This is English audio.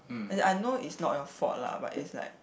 as in I know it's not your fault lah but it's like